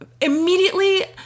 immediately